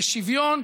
בשוויון,